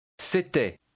C'était